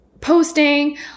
posting